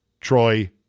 Troy